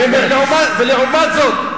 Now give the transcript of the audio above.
ולעומת זאת,